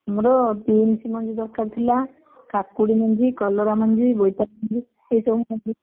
ଆମର ବିନ୍ସ ମଞ୍ଜି ଦରକାର ଥିଲା କାକୁଡ଼ି ମଞ୍ଜି କଲରା ମଞ୍ଜି ବୋଇତାଳୁ ମଞ୍ଜି ଏସବୁ ମଞ୍ଜି